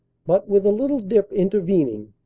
but with a little dip intervening,